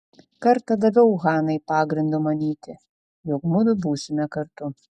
kartą daviau hanai pagrindo manyti jog mudu būsime kartu